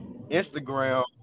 Instagram